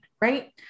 right